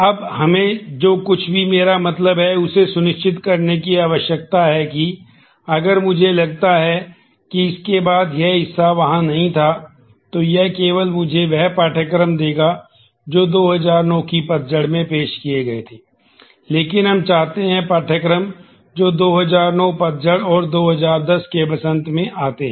अब हमें जो कुछ भी मेरा मतलब है उसे सुनिश्चित करने की आवश्यकता है कि अगर मुझे लगता है कि इसके बाद यह हिस्सा वहाँ नहीं था तो यह केवल मुझे वह पाठ्यक्रम देगा जो 2009 की पतझड़ में पेश किए गए थे लेकिन हम चाहते हैं पाठ्यक्रम जो 2009 पतझड़ और 2010 के वसंत में में आते हैं